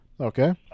Okay